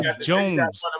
Jones